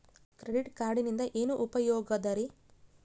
Credit ಕಾರ್ಡಿನಿಂದ ಏನು ಉಪಯೋಗದರಿ?